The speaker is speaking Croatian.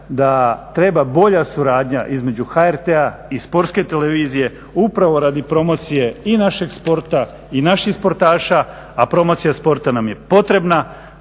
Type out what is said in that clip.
da treba bolja suradnja između HRT-a i Sportske televizije upravo radi promocije i našeg sporta i naših sportaša, a promocija sporta nam je potrebna,